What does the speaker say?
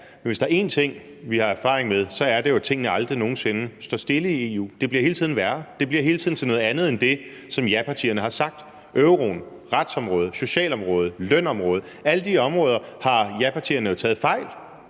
men hvis der er én ting, vi har erfaring med, så er det jo, at tingene aldrig nogen sinde står stille i EU. Det bliver hele tiden værre, det bliver hele tiden til noget andet end det, som japartierne har sagt, altså euroen, retsområdet, socialområdet, lønområdet. På alle de områder har japartierne jo taget fejl.